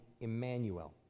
Emmanuel